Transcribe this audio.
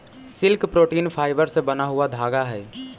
silk protein fibre से बना हुआ धागा हई